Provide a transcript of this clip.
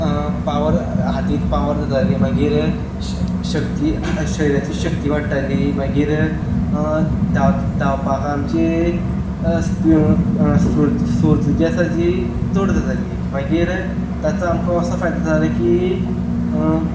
power हातींत power येताली मागीर श शक्ती शरिराची शक्ती वाडटाली मागीर धांव धांवपाक आमची स्पीड स्फू स्फूर्त जी आसा जी चड जाताली मागीर ताचो आमकां असो फायदो जालो की